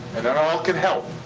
and that all can help.